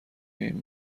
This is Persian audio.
این